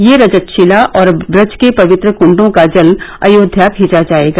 यह रजत शिला और व्रज के पवित्र कुंडों का जल अयोध्या भेजा जाएगा